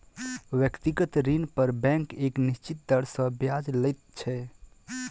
व्यक्तिगत ऋण पर बैंक एक निश्चित दर सॅ ब्याज लैत छै